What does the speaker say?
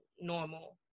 normal